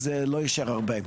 אז לא יישאר הרבה.